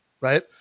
right